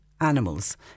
animals